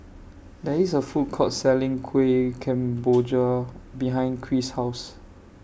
There IS A Food Court Selling Kueh Kemboja behind Kris' House